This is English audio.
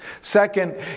Second